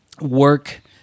work